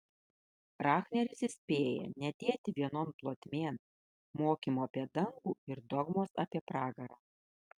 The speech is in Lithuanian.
rahneris įspėja nedėti vienon plotmėn mokymo apie dangų ir dogmos apie pragarą